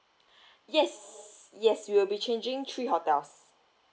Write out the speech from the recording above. yes yes you will be changing three hotels